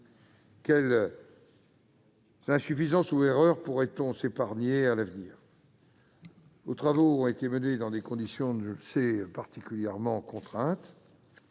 Quelles insuffisances ou erreurs pourrait-on s'épargner à l'avenir ? Vos travaux ont été menés dans des conditions particulièrement contraintes,